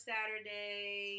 Saturday